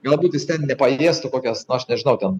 galbūt jis ten nepaliestų kokios nu aš nežinau ten